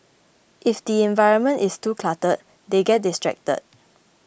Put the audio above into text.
if the environment is too cluttered they get distracted